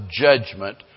judgment